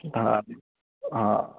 हां हां